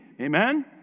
Amen